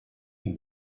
can